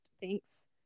Thanks